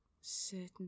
certain